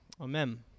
Amen